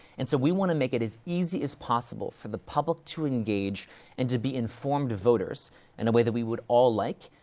and so we want to make it as easy as possible for the public to engage and to be informed voters in a way that we would all like,